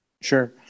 Sure